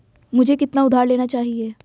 मुझे कितना उधार लेना चाहिए?